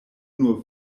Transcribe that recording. nur